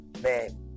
Man